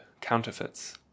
counterfeits